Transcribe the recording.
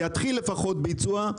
לפחות יתחיל ביצוע,